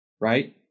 right